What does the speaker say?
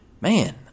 man